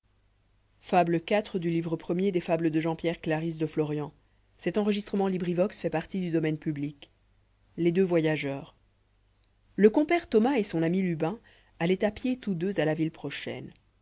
fable iv les deux voyageurs liz compère thomas et son ami lubis alloient à pied tous deux à la ville prochaine